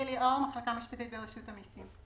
המחלקה המשפטית ברשות המסים.